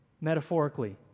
metaphorically